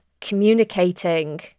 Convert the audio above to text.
communicating